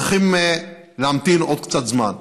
צריכות להמתין עוד קצת זמן.